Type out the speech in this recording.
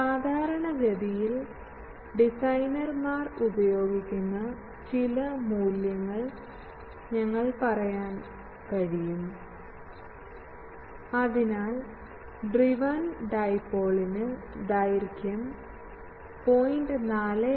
സാധാരണഗതിയിൽ ഡിസൈനർമാർ ഉപയോഗിക്കുന്ന ചില മൂല്യങ്ങൾ ഞങ്ങൾക്ക് പറയാൻ കഴിയും അതിനാൽ ഡ്രിവൻ ഡൈപോളിന് ദൈർഘ്യം 0